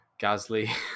Gasly